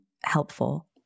helpful